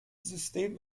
system